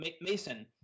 Mason